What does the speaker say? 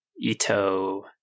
Ito